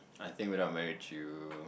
I think without marriage you